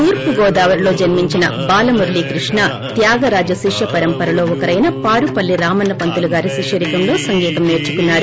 తూర్పుగోదావరిలో జన్మించిస బాలమురళీకృష్ణ త్యాగరాజ శిష్య పరంపరలో ఒకరైన పారుపల్లి రామన్న పంతులుగారి శిష్యరికంలో సంగీతం సేర్చుకున్నారు